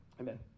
amen